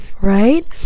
right